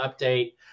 update